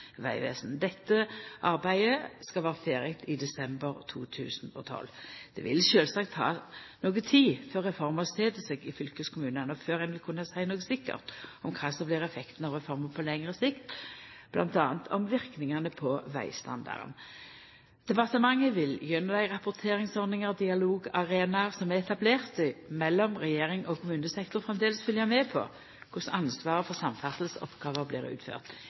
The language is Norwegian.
vegvesen. Dette arbeidet skal vera ferdig i desember 2012. Det vil sjølvsagt ta noko tid før reforma set seg i fylkeskommunane, og før ein vil kunna seia noko sikkert om kva som blir effektane av reforma på lengre sikt, m.a. om verknaden på vegstandarden. Departementet vil gjennom dei rapporteringsordningane og dialogarenaene som er etablerte mellom regjeringa og kommunesektoren, framleis følgja med på korleis ansvaret for samferdselsoppgåver blir